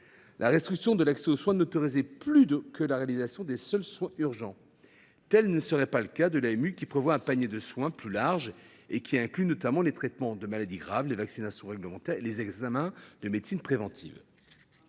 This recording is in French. La restriction de l’accès aux soins n’autorisait plus que la réalisation des seuls soins urgents. Tel ne serait pas le cas de l’AMU, qui prévoit un panier de soins plus large et qui inclut notamment les traitements de maladies graves, les vaccinations réglementaires et les examens de médecine préventive.